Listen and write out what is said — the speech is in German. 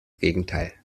gegenteil